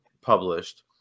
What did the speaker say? published